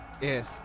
yes